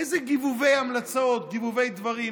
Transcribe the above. איזה גיבובי המלצות, גיבובי דברים.